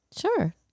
Sure